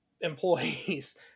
employees